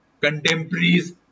contemporaries